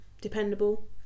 dependable